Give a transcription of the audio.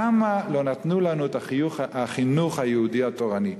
למה לא נתנו לנו את החינוך היהודי התורני?